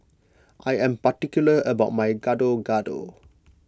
I am particular about my Gado Gado